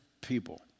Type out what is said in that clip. people